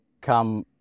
come